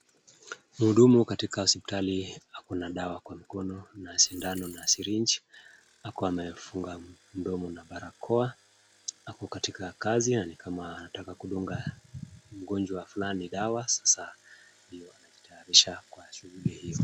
Mhudumu katika hosiptali hii akona dawa kwa mkono na sindano na sirinji akiwa amefunga mdomo na barakoa. Ako katika kazi na ni kama anataka kumdunga mgonjwa fulani dawa, sasa anajitayarisha kwa shughuli hio.